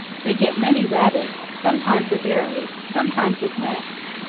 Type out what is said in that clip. they get many rabbits, sometimes with arrows, sometimes with nets.